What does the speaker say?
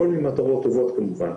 הכל למטרות טובות כמובן.